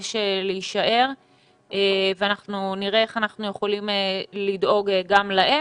ומתעקש להישאר ואנחנו נראה איך אנחנו יכולים לדאוג גם לנשים אלו.